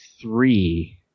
three